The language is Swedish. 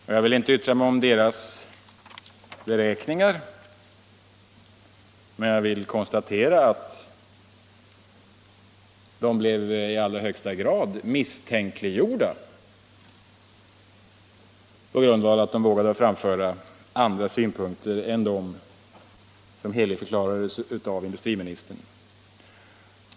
Jag skall inte yttra mig om deras beräkningar, men jag vill konstatera att de blev i allra högsta grad misstänkliggjorda på grund av att de vågade framföra andra synpunkter än de som heligförklarades av industriministern.